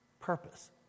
purpose